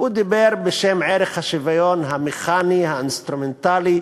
הוא דיבר בשם ערך השוויון המכני, האינסטרומנטלי,